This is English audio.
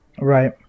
Right